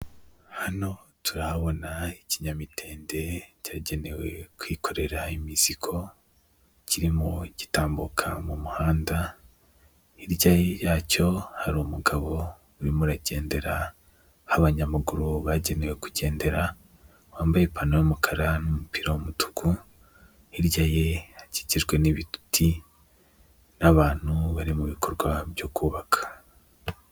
Hano turahabona ikinyamitende cyagenewe kwikorera imizigo kirimo gitambuka mu muhanda hirya yacyo hari umugabo urimo uragendera aho abanyamaguru bagenewe kugendera wambaye ipantaro y'umukara n'umupira w'umutuku hirya ye hakikijwe n'ibiti n'abantu bari mu bikorwa byo kubaka .